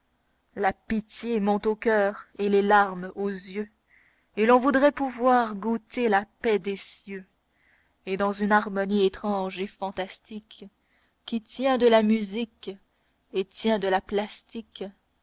la pitié monte au coeur et les larmes aux yeux et l'on voudrait pouvoir goûter la paix des cieux et dans une harmonie étrange et fantastique qui tient de la musique et tient de la plastique